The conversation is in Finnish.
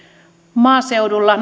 maaseudulla